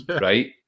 right